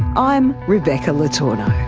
i'm rebecca le tourneau